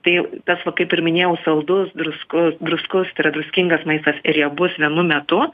tai tas va kaip ir minėjau saldus druskus druskus tai yra druskingas maistas riebus vienu metu